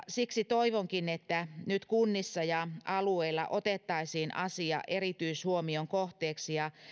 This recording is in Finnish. siksi toivonkin että nyt kunnissa ja alueilla otettaisiin asia erityishuomion kohteeksi ja